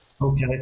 Okay